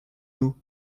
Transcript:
nous